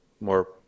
more